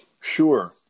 Sure